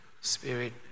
spirit